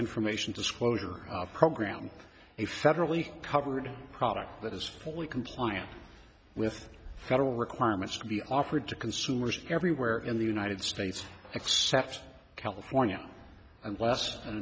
information disclosure program a federally covered product that is fully compliant with federal requirements to be offered to consumers everywhere in the united states except california and last and